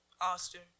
Austin